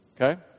Okay